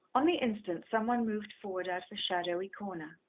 on the instant, some one moved forward out of a shadowy corner.